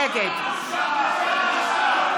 נגד בושה, בושה, בושה, חברי הכנסת,